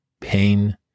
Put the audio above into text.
pain